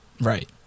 Right